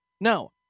no